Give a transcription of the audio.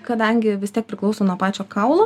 kadangi vis tiek priklauso nuo pačio kaulo